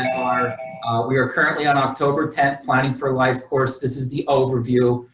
are we are currently on october ten planning for life course. this is the overview.